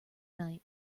night